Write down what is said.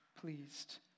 pleased